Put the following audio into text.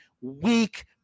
weak